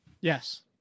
Yes